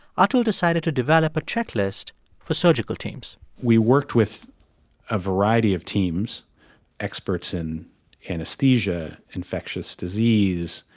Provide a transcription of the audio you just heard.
atul decided to develop a checklist for surgical teams we worked with a variety of teams experts in anesthesia, infectious disease,